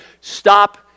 Stop